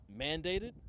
mandated